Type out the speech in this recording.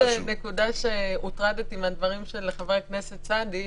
יש עוד נקודה שהוטרדתי מן הדברים של חבר הכנסת סעדי,